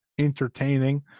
entertaining